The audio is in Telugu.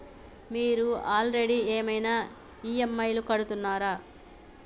మీరు ఆల్రెడీ ఏమైనా ఈ.ఎమ్.ఐ కడుతున్నారా?